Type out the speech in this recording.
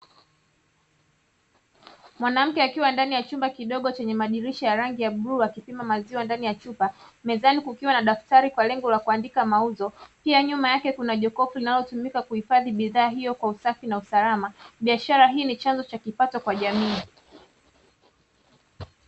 Mwanamke akiwa ndani ya chumba kidogo cheneye madirisha ya rangi ya bluu akipima maziwa ndani ya chupa, mezani kukiwa na daftari kwa lengo la kuandika mauzo, pia nyuma yake kuna jokofu linalotumika kuhifadhi bidhaa hiyo kwa usafi na kawa usalama. Biashara hii ni chanzo cha kipato kwa jamii.